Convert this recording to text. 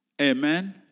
Amen